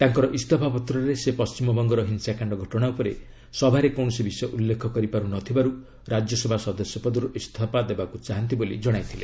ତାଙ୍କର ଇସ୍ତଫାପତ୍ରରେ ସେ ପଶ୍ଚିମବଙ୍ଗର ହିଂସାକାଣ୍ଡ ଘଟଣା ଉପରେ ସଭାରେ କୌଣସି ବିଷୟ ଉଲ୍ଲେଖ କରିପାରୁ ନଥିବାରୁ ରାଜ୍ୟସଭା ସଦସ୍ୟ ପଦରୁ ଇସ୍ତଫା ଦେବାକୁ ଚାହୁଁଛନ୍ତି ବୋଲି ଜଣାଇଥିଲେ